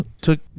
took